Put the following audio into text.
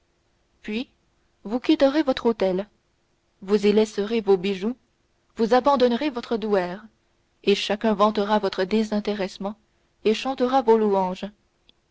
puis vous quitterez votre hôtel vous y laisserez vos bijoux vous abandonnez votre douaire et chacun vantera votre désintéressement et chantera vos louanges